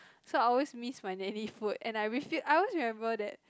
so I always miss my nanny food and I refu~ I always remember that